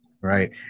Right